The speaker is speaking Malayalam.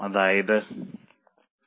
അതായത് വില 2